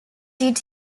did